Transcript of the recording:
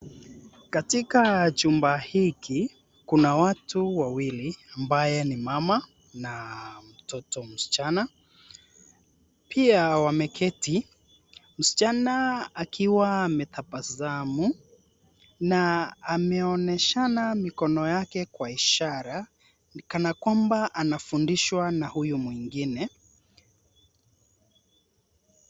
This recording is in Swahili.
Katika chumba hiki kuna watu wawili , ambaye ni mama na mtoto msichana pia wameketi msichana akiwa ametabasamu na ameonyeshana mikono yake kwa ishara kana kwamba anafundishwa na huyu mwingine.